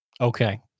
Okay